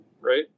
right